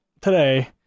today